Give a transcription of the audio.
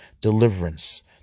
deliverance